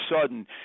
sudden